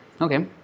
okay